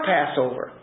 Passover